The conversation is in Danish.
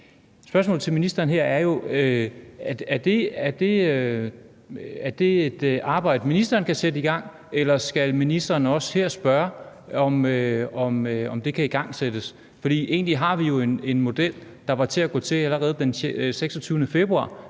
Spørgsmålet til ministeren her er jo: Er det et arbejde, ministeren kan sætte i gang, eller skal ministeren også her spørge, om det kan igangsættes? For egentlig har vi jo en model, der er til at gå til. Allerede den 26. februar